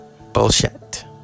Bullshit